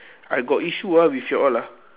I got issue ah with you all ah